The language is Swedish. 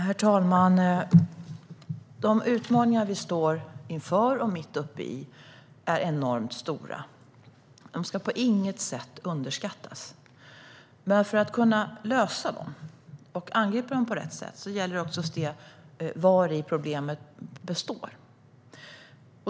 Herr talman! De utmaningar som vi står inför och som vi är mitt uppe i är enormt stora och ska på inget sätt underskattas. Men för att kunna klara av dem och angripa dem på rätt sätt gäller det att se vari problemet består.